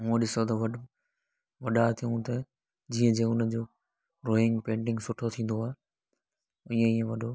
ऊअं ॾिसो त वॾो वॾा थियूं त जीअं जीअं हुनजो ड्राइंग पेटिंग सुठो थींदो आहे इएं ई वॾो